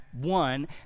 one